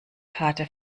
karte